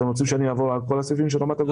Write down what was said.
אתם רוצים שאני אעבור על כל הסעיפים של רמת הגולן?